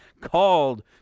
called